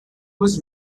was